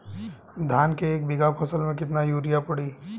धान के एक बिघा फसल मे कितना यूरिया पड़ी?